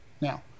now